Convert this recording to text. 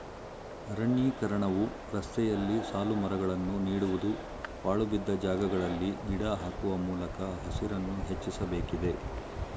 ಅರಣ್ಯೀಕರಣವು ರಸ್ತೆಯಲ್ಲಿ ಸಾಲುಮರಗಳನ್ನು ನೀಡುವುದು, ಪಾಳುಬಿದ್ದ ಜಾಗಗಳಲ್ಲಿ ಗಿಡ ಹಾಕುವ ಮೂಲಕ ಹಸಿರನ್ನು ಹೆಚ್ಚಿಸಬೇಕಿದೆ